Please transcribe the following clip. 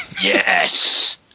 Yes